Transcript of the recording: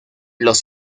los